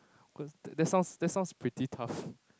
cause that sounds that sounds pretty tough